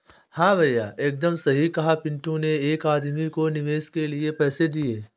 हां भैया एकदम सही कहा पिंटू ने एक आदमी को निवेश के लिए पैसे दिए